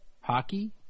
Hockey